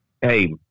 Hey